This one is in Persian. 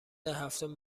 هفتم